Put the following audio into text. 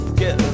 get